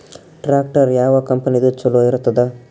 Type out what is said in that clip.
Tractor ಯಾವ ಕಂಪನಿದು ಚಲೋ ಇರತದ?